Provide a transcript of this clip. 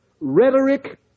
rhetoric